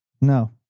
No